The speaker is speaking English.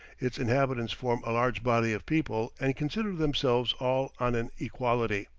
its inhabitants form a large body of people, and consider themselves all on an equality.